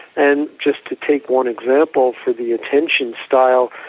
and just to take one example for the attention style,